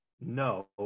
no